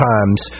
Times